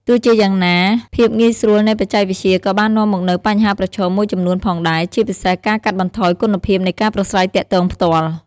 ទោះជាយ៉ាងណា ភាពងាយស្រួលនៃបច្ចេកវិទ្យាក៏បាននាំមកនូវបញ្ហាប្រឈមមួយចំនួនផងដែរ ជាពិសេសការកាត់បន្ថយគុណភាពនៃការប្រាស្រ័យទាក់ទងផ្ទាល់។